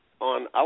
on